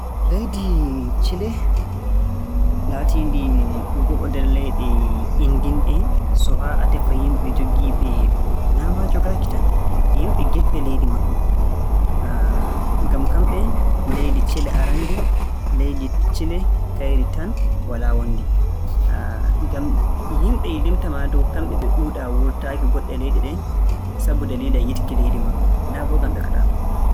Leydi Cile laatiindi go'o nder leyɗe inndinɗe, so haa a tefa yimɓe jogiiɓe - naa maa jogaaki tan, yimɓe giɗɓe leydi maɓɓe, ngam kamɓe leydi Cile arannde leydi Cile kayri tan walaa wonndi. ngam yimɓe e limta maa dow kamɓe ɓe ɗuuɗaa wurtaaki goɗɗe leyɗe ɗen sabu daliila yiɗki leydi maɓɓe, naa boo ngam ɓe kaɗaama!